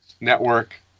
network